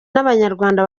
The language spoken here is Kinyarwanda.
n’abanyarwanda